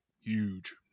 huge